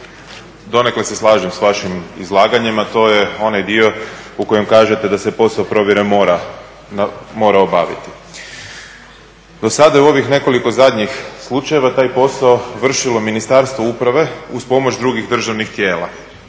donekle se slažem s vašim izlaganjem a to je onaj dio u kojem kažete da se posao provjere mora obaviti. Do sada je u ovih nekoliko zadnjih slučajeva taj posao vršilo Ministarstvo uprave uz pomoć drugih državnih tijela.